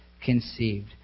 conceived